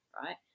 right